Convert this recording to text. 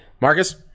Marcus